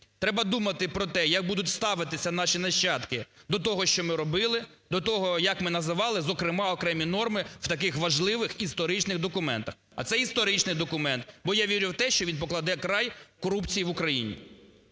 треба думати про те, як будуть ставитися наші нащадки до того, що ми робили, до того, як ми називали, зокрема окремі норми в таких важливих історичних документах, а це історичний документ. Бо я вірю в те, що він покладе край корупції в Україні.